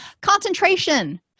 concentration